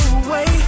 away